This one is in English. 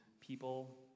people